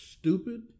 Stupid